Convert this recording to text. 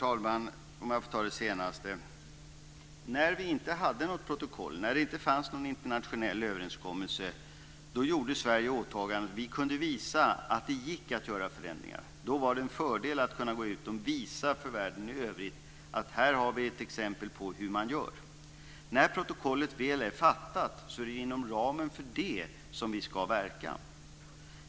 Herr talman! När vi inte hade något protokoll, när det inte fanns någon internationell överenskommelse, gjorde Sverige egna åtaganden. Vi kunde visa att det gick att göra förändringar. Då var det en fördel att visa för världen i övrigt att här finns exempel på hur man kan göra. När protokollet väl är antaget ska vi verka inom ramen för det.